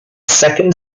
second